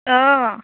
অঁ